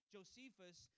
Josephus